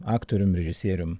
aktorium režisierium